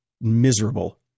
miserable